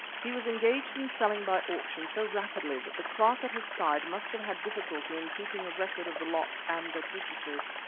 he was engaged in selling by auction so rapidly that the clerk at his side must have had difficulty in keeping a record of the lots and their purchasers.